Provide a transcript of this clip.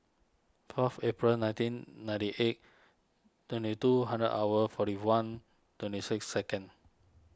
fourth April nineteen ninety eight twenty two hundred hour forty one twenty six second